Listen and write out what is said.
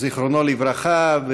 זיכרונו לברכה,